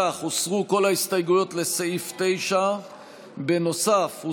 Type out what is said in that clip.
לפיכך הוסרו כל ההסתייגויות לסעיף 9. נוסף על כך,